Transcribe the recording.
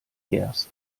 gerst